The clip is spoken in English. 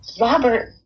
Robert